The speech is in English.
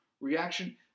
reaction